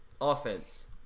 Offense